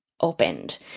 opened